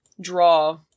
draw